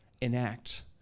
enact